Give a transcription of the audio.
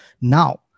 Now